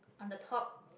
on the top